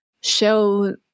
show